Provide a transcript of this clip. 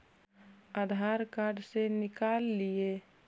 आधार card से निकाल हिऐ?